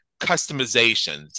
customizations